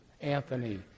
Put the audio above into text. Anthony